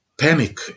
panic